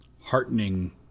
heartening